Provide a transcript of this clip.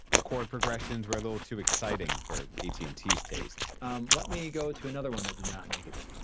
the chord progressions were a little too exciting for at and t's taste um, let me go to another one that did not make it